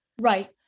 right